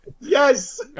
Yes